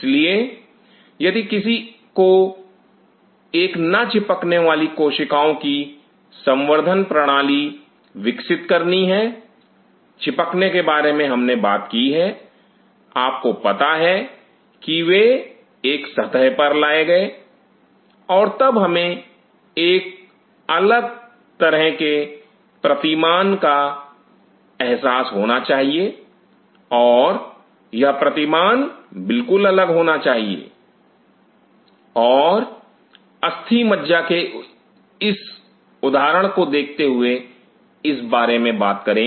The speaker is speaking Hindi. इसलिए यदि किसी को एक ना चिपकने वाली कोशिकाओं की संवर्धन प्रणाली विकसित करनी है चिपकने के बारे में हमने बात की है आपको पता है कि वे एक सतह पर लाए गए और तब हमें एक अलग तरह के प्रतिमान का एहसास होना चाहिए और यह प्रतिमान बिल्कुल अलग होना चाहिए और अस्थि मज्जा के इस उदाहरण को देखते हुए इस बारे में बात करें